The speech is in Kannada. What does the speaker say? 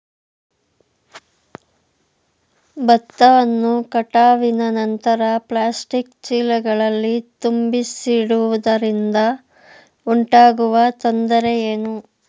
ಭತ್ತವನ್ನು ಕಟಾವಿನ ನಂತರ ಪ್ಲಾಸ್ಟಿಕ್ ಚೀಲಗಳಲ್ಲಿ ತುಂಬಿಸಿಡುವುದರಿಂದ ಉಂಟಾಗುವ ತೊಂದರೆ ಏನು?